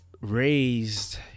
raised